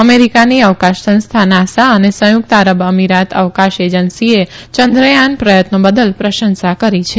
અમેરીકાની અવકાશ સંસ્થા નાસા અને સંયુકત આરબ અમીરાત અવકાશ એજન્સીએ ચંદ્રયાન પ્રયત્નો બદલ પ્રશંસા કરી છે